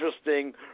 interesting